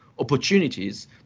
Opportunities